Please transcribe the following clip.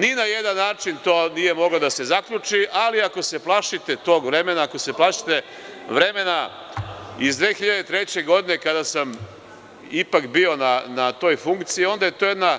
Ni na jedan način nije moglo da se zaključi, ali ako se plašite tog vremena, ako se plašite vremena iz 2003. godine kada sam ipak bio na toj funkciji, onda je to jedna